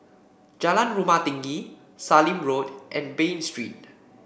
Jalan Rumah Tinggi Sallim Road and Bain Street